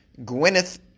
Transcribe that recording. Gwyneth